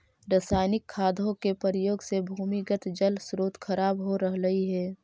रसायनिक खादों के प्रयोग से भूमिगत जल स्रोत खराब हो रहलइ हे